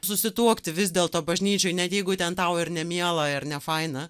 susituokti vis dėlto bažnyčioj net jeigu ten tau ir nemiela ir nefaina